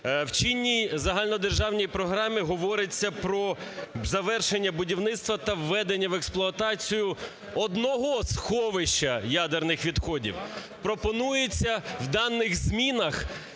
в чинній загальнодержавній програмі говориться про завершення будівництва та введення в експлуатацію одного сховища ядерних відходів. Пропонується в даних змінах